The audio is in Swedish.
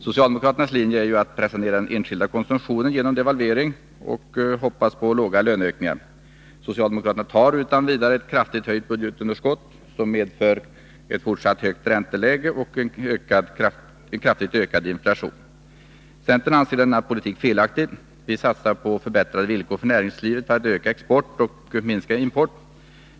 Socialdemokraternas linje är ju att pressa ner den enskilda konsumtionen genom devalvering och genom — som man hoppas — små löneökningar. Socialdemokraterna accepterar utan vidare ett kraftigt höjt budgetunderskott, som medför ett fortsatt högt ränteläge och en kraftigt ökad inflation. Centern anser denna politik felaktig. Vi satsar på förbättrade villkor för näringslivet för att öka exporten och minska importen.